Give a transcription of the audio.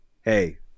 hey